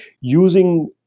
using